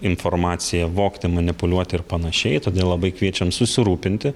informaciją vogti manipuliuoti ir panašiai todėl labai kviečiam susirūpinti